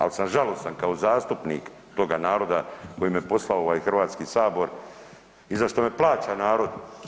Ali sam žalostan kao zastupnik toga naroda koji me poslao u ovaj Hrvatski sabor i za što me plaća narod.